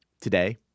Today